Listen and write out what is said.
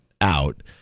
out